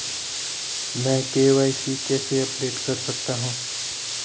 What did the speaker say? मैं के.वाई.सी कैसे अपडेट कर सकता हूं?